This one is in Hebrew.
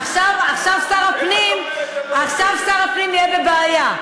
עכשיו שר הפנים יהיה בבעיה,